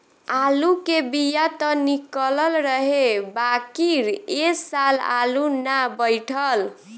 आलू के बिया त निकलल रहे बाकिर ए साल आलू ना बइठल